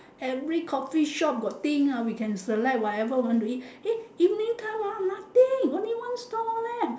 every coffee shop got thing ah we can select whatever we want eat eh evening time nothing only one stall left